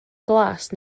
glas